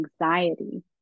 anxiety